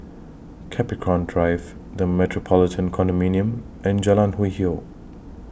Capricorn Drive The Metropolitan Condominium and Jalan Hwi Yoh